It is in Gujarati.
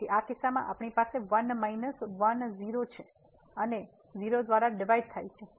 તેથી આ કિસ્સામાં આપણી પાસે 1 માઈનસ 1 0 છે અને 0 દ્વારા ડિવાઈડ થાય છે